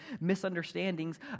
misunderstandings